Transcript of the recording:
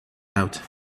out